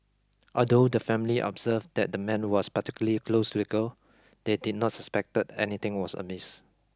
although the family observed that the man was particularly close they did not suspect anything was a miss